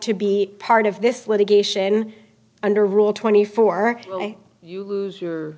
to be part of this litigation under rule twenty four you lose your